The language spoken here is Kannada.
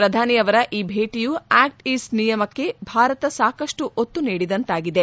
ಪ್ರಧಾನಿ ಅವರ ಈ ಭೇಟಿಯು ಆಕ್ಟೆ ಈಸ್ಟ್ ನಿಯಮಕ್ಕೆ ಭಾರತ ಸಾಕಷ್ಟು ಒತ್ತು ನೀಡಿದಂತಾಗಿದೆ